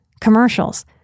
commercials